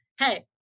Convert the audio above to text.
hey